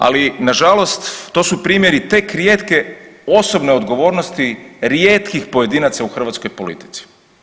Ali, nažalost to su primjeri tek rijetke osobne odgovornosti rijetkih pojedinaca u hrvatskoj politici.